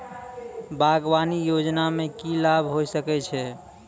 बागवानी योजना मे की लाभ होय सके छै?